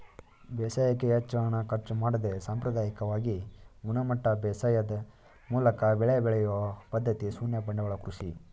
ಬೇಸಾಯಕ್ಕೆ ಹೆಚ್ಚು ಹಣ ಖರ್ಚು ಮಾಡದೆ ಸಾಂಪ್ರದಾಯಿಕವಾಗಿ ಗುಣಮಟ್ಟ ಬೇಸಾಯದ್ ಮೂಲಕ ಬೆಳೆ ಬೆಳೆಯೊ ಪದ್ಧತಿ ಶೂನ್ಯ ಬಂಡವಾಳ ಕೃಷಿ